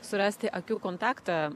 surasti akių kontaktą